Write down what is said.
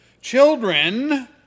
children